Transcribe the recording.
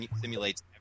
simulates